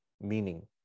meaning